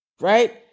right